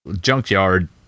junkyard